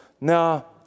Now